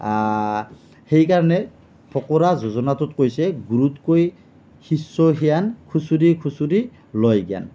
সেইকাৰণে ফকৰা যোজনাটোত কৈছে গুৰুতকৈ শিষ্য সিয়ান খুচৰি খুচৰি লয় জ্ঞান